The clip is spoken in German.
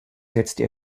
setzte